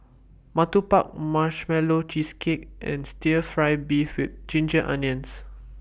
Ketupat Marshmallow Cheesecake and Stir Fry Beef with Ginger Onions